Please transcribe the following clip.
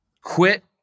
quit